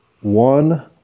one